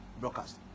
broadcast